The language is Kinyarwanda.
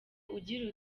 ugira